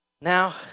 Now